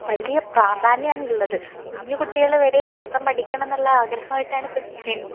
വലിയ പ്രാധാന്യമാണ് ഉള്ളത് കുഞ്ഞുകുട്ടികള് വരെ നൃത്തം പഠിക്കാണമെന്നുള്ള ആഗ്രഹമായിട്ട് ഇപ്പം ജനി